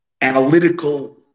analytical